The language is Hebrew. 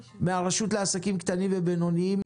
הרשות לעסקים קטנים ובינוניים,